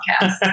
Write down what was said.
podcast